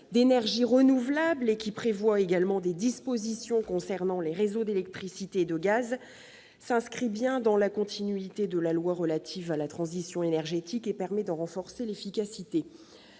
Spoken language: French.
d'énergies renouvelables et qui prévoit des dispositions concernant les réseaux d'électricité et de gaz, s'inscrit bien dans la continuité de la loi relative à la transition énergétique et permet d'en renforcer l'efficacité.